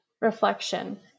reflection